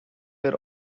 were